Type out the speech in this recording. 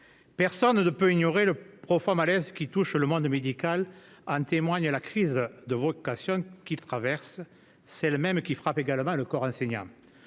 personne ne peut ignorer le profond malaise qui touche le monde médical : en témoigne la crise des vocations que ce dernier traverse, celle-là même qui frappe également le corps enseignant.